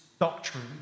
doctrine